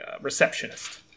receptionist